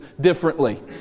differently